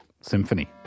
Symphony